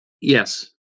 yes